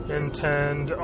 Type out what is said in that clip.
intend